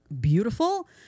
beautiful